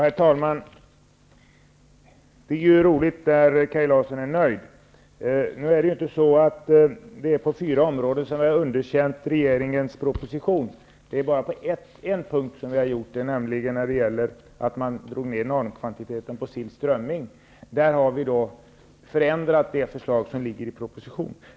Fru talman! Det är roligt att Kaj Larsson är nöjd. Det är emellertid inte så att vi har underkänt regeringens proposition på fyra områden, utan det är bara på en punkt vi har gjort det, nämligen när det gäller att man drog ner normkvantiteten för sill/strömming. På den punkten har vi förändrat det förslag som ligger i propositionen.